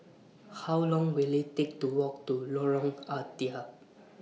How Long Will IT Take to Walk to Lorong Ah Thia